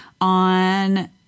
on